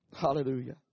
Hallelujah